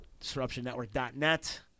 Disruptionnetwork.net